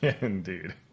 Indeed